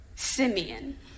Simeon